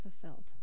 fulfilled